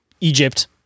Egypt